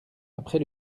après